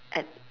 at